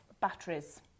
batteries